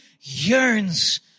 yearns